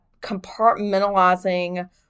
compartmentalizing